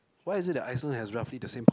why is it the Iceland has roughly the same